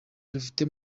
dufite